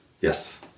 Yes